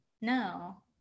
no